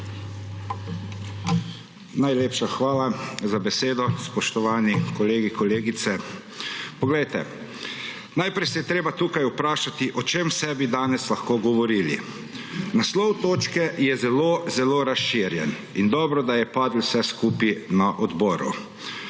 Najlepša hvala za besedo, spoštovani kolegi, kolegice. Poglejte, najprej se je treba tukaj vprašati o čem vse bi danes lahko govorili. Naslov točke je zelo, zelo razširjen in dobro, da je padlo vse skupaj na odboru.